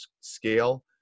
scale